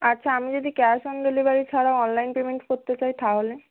আচ্ছা আমি যদি ক্যাশ অন ডেলিভারি ছাড়াও অনলাইন পেমেন্ট করতে চাই তাহলে